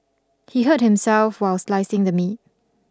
he hurt himself while slicing the meat